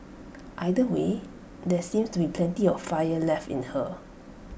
either way there seems to be plenty of fire left in her